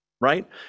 right